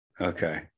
okay